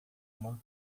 uma